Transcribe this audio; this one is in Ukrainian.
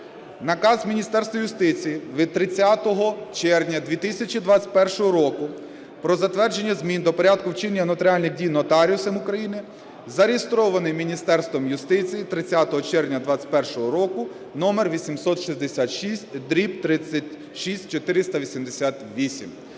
Наказ Міністерства юстиції від 30 червня 2021 року "Про затвердження змін до Порядку вчинення нотаріальних дій нотаріусами України" зареєстрований Міністерством юстиції 30 червня 21-го року (№ 866/36488).